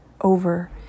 over